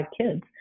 kids